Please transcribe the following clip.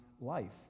life